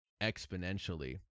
exponentially